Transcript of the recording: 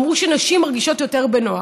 אמרו שנשים מרגישות יותר בנוח.